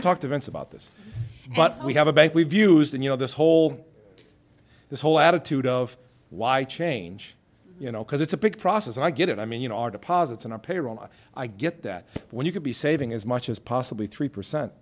talked to vince about this but we have a bank we've used and you know this whole this whole attitude of why change you know because it's a big process i get it i mean you know our deposits in our payroll i get that when you could be saving as much as possibly three percent